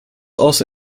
also